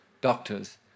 doctors